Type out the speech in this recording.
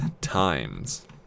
Times